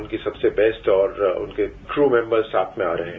उनकी सबसे बेस्ट और उनके क्रू मैम्बर्स साथ में आ रहे हैं